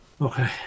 Okay